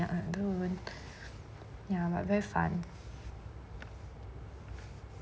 ya don't ya but very fun